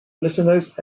listeners